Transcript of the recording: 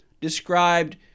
described